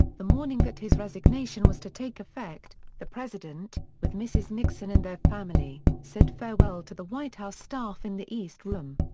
the morning that his resignation was to take effect, the president, with mrs. nixon and their family, said farewell to the white house staff in the east room.